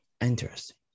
Interesting